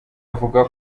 avuga